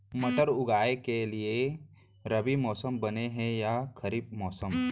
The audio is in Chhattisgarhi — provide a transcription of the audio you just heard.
मटर उगाए के लिए रबि मौसम बने हे या खरीफ मौसम?